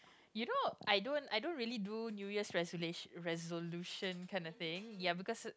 you know I don't I don't really do New Year's resolu~ resolution kind of thing ya because